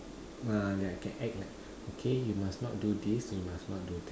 ah then I can act like okay you must not do this you must not do that